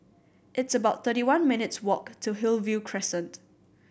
it's about thirty one minutes' walk to Hillview Crescent